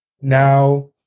now